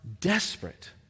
desperate